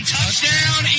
Touchdown